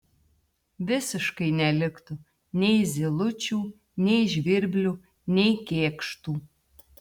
visiškai neliktų nei zylučių nei žvirblių nei kėkštų